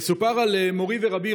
מסופר על מורי ורבי,